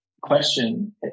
question